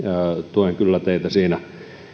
tuen kyllä teitä siinä